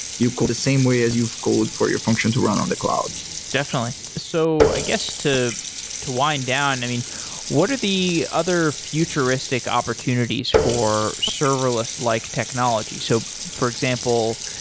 you code the same way as you code for your function to run on the cloud definitely. so i guess, to to wind down, i mean what are the other futuristic opportunities for serverless-like technology? so for example,